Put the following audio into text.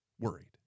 worried